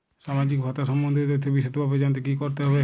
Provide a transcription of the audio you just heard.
সামাজিক ভাতা সম্বন্ধীয় তথ্য বিষদভাবে জানতে কী করতে হবে?